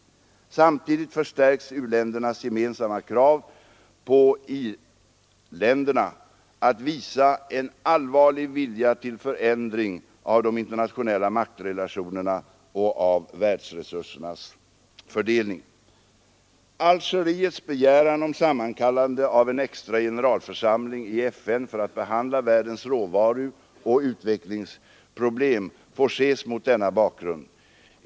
Samtidigt förstärks u-ländernas gemensamma krav på i-länderna att visa en allvarlig vilja till förändring av de internationella maktrelationerna och av världsresursernas fördelning. Algeriets begäran om sammankallande av en extra generalförsamling i FN för att behandla världens råvaruoch utvecklingsproblem får ses mot denna bakgrund.